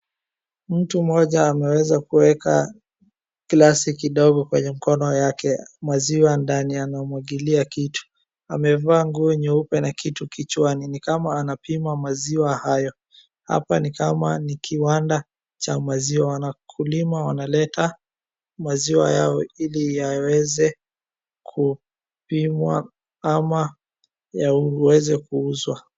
Mtu mmoja ameweza kuweka glasi kidogo kwenye mkono yake ameweka maziwa ndani anamwagilia kitu, amevaa nguo nyeupe na kitu kichwani, ni kama anapima maziwa hayo. Hapa ni kama ni kiwanda cha maziwa na wakulima wanaleta maziwa yao ili yaweze kupimwa ama yaweze kuuzwa.